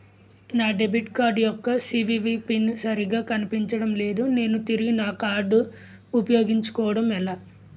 నా debit card యెక్క CVV PIN సరిగా కనిపించడం లేదు నేను తిరిగి నా కార్డ్ఉ పయోగించుకోవడం ఎలా?